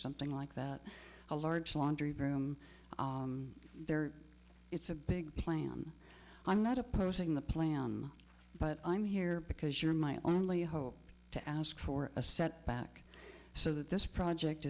something like that a large laundry room there it's a big plan i'm not opposing the plan but i'm here because you're my only hope to ask for a set back so that this project